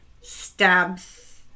stabs